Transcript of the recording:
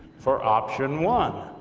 for option one,